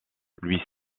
lui